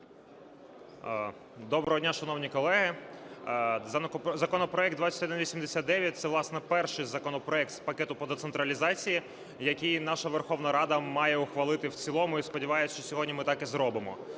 Доброго дня, шановні колеги, законопроект 2189 – це, власне, перший законопроект з пакету по децентралізації, який наша Верховна Рада має ухвалити в цілому,, і сподіваюсь, що сьогодні ми так і зробимо.